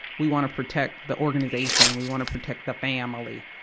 we wanna protect, the organization, we wanna protect the family.